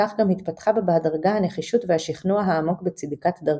וכך גם התפתחה בה בהדרגה הנחישות והשכנוע העמוק בצדקת דרכה.